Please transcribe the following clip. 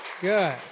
Good